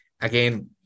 Again